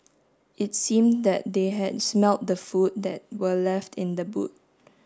it seem that they had smelt the food that were left in the boot